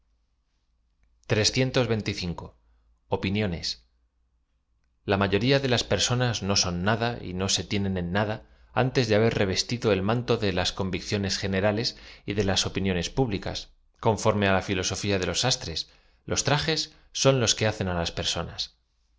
a m ayoría de las personas no son nada y no se tienen en nada antes de haber revestido el manto de las convicciones generales y d éla s opiniones públicas conforme á la filosofía de los sastres los trajes son los que hacen á laa personas